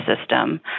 system